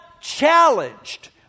challenged